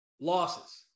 losses